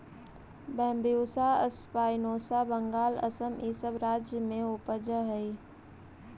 Bambusa spinosa Bengal, Assam इ सब राज्य में उपजऽ हई